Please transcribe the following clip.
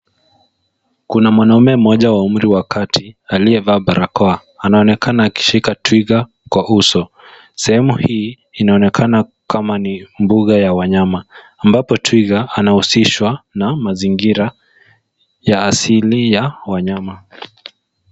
Kuna mwanaume mmoja wa umri wa kati aliyevaa barakoa. Anaonekana akishika twiga kwa uso. Sehemu hii inaonekana kama ni mbuga ya wanyama ambapo twiga anahusishwa na mazingira ya asili ya wanyama.